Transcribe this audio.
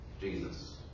Jesus